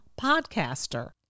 Podcaster